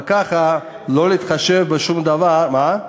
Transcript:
אבל ככה לא להתחשב בשום דבר, מה?